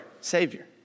Savior